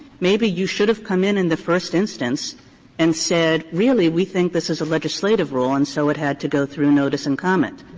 maybe you should have come in in the first instance and said, really, we think this is a legislative rule and so it had to go through notice and comment.